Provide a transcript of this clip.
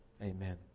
amen